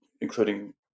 including